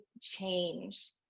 change